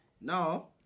now